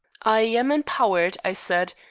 i am empowered i said,